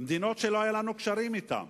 מדינות שלא היו לנו קשרים אתן,